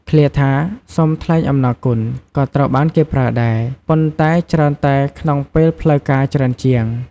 ឃ្លាថា "សូមថ្លែងអំណរគុណ" ក៏ត្រូវបានគេប្រើដែរ ប៉ុន្តែច្រើនតែក្នុងពេលផ្លូវការច្រើនជាង។